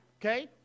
okay